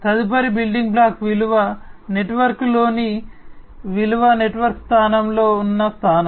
తదుపరి building block విలువ నెట్వర్క్లోని విలువ నెట్వర్క్ స్థానంలో ఉన్న స్థానం